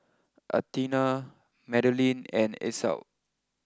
Athena Madalynn and Esau